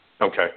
okay